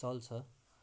चल्छ